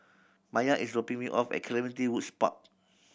Maiya is dropping me off at Clementi Woods Park